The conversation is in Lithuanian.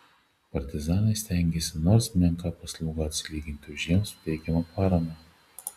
partizanai stengėsi nors menka paslauga atsilyginti už jiems teikiamą paramą